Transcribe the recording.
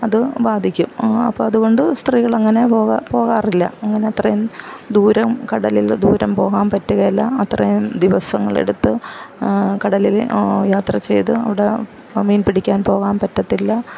അത് ബാധിക്കും അപ്പോൾ അതുകൊണ്ട് സ്ത്രീകൾ അങ്ങനെ പോകാൻ പോകാറില്ല അങ്ങനെ അത്രയും ദൂരം കടലില് ദൂരം പോകാൻ പറ്റുകയില്ല അത്രയും ദിവസങ്ങള് എടുത്ത് കടലില് യാത്ര ചെയ്ത് അവിടെ മീൻപിടിക്കാൻ പോകാൻ പറ്റത്തില്ല